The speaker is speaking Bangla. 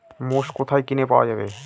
মোষ কোথায় কিনে পাওয়া যাবে?